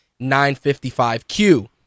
955q